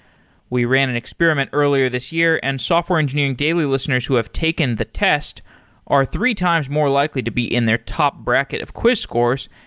we ran an experiment earlier this year and software engineering daily listeners who have taken the test are three times more likely to be in their top bracket of quiz scores.